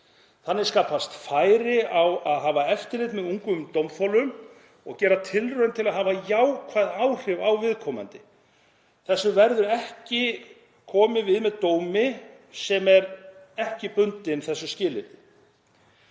Þannig skapast færi á að hafa eftirlit með ungum dómþolum og gera tilraun til að hafa jákvæð áhrif á viðkomandi. Þessu verður ekki komið við með dómi sem ekki er bundinn þessu skilyrði.